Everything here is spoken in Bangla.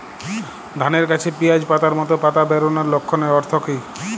ধানের গাছে পিয়াজ পাতার মতো পাতা বেরোনোর লক্ষণের অর্থ কী?